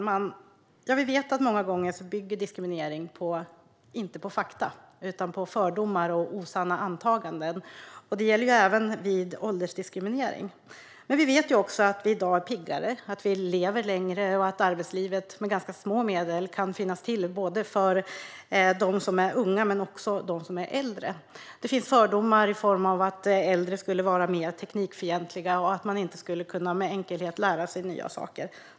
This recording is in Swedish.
Fru talman! Ja, vi vet att många gånger bygger diskriminering inte på fakta utan på fördomar och osanna antaganden. Det gäller även vid åldersdiskriminering. Men vi vet också att vi i dag är piggare, att vi lever längre och att arbetslivet med ganska små medel kan finnas till för både de unga och de äldre. Det finns fördomar i form av att äldre skulle vara mer teknikfientliga och att de inte med enkelhet skulle kunna lära sig nya saker.